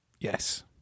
Yes